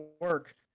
work